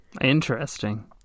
Interesting